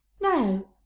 No